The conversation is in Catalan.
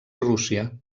rússia